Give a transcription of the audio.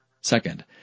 Second